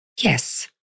Yes